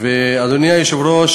אדוני היושב-ראש,